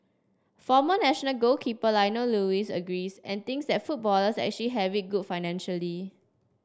former national goalkeeper Lionel Lewis agrees and thinks that footballers actually have it good financially